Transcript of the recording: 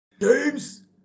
James